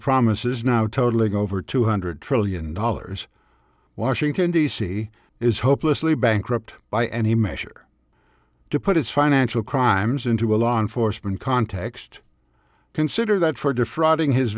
promises now totaling over two hundred trillion dollars washington d c is hopelessly bankrupt by any measure to put its financial crimes into a law enforcement context consider that for defrauding his